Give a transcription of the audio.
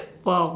!wow!